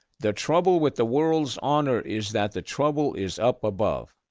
the trouble with the world's honor is that the trouble is up above.